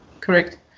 Correct